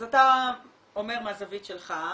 אז אתה אומר מהזווית שלך,